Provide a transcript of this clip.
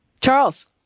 Charles